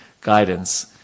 guidance